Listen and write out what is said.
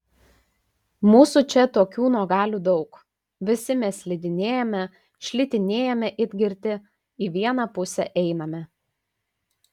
mūsų čia tokių nuogalių daug visi mes slidinėjame šlitinėjame it girti į vieną pusę einame